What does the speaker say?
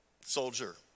soldier